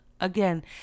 Again